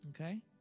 Okay